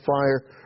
fire